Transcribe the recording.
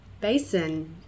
basin